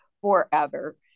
forever